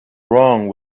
wrong